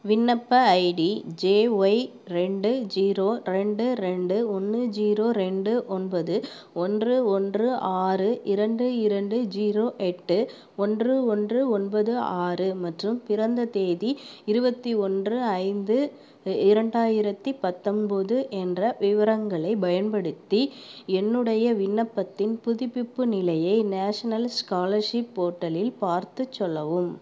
விண்ணப்ப ID J Y ரெண்டு zero ரெண்டு ரெண்டு ஒன்று ஜீரோ ரெண்டு ஒன்பது ஒன்று ஒன்று ஆறு இரண்டு இரண்டு ஜீரோ எட்டு ஒன்று ஒன்று ஒன்பது ஆறு மற்றும் பிறந்த தேதி இருபத்தி ஒன்று ஐந்து இரண்டாயிரத்தி பத்தொம்போது என்ற விவரங்களைப் பயன்படுத்தி என்னுடைய விண்ணப்பத்தின் புதுப்பிப்பு நிலையை நேஷ்னல் ஸ்காலர்ஷிப் போர்ட்டலில் பார்த்துச் சொல்லவும்